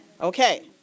Okay